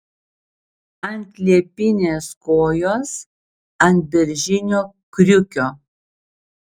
ant liepinės kojos ant beržinio kriukio